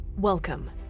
Welcome